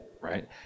right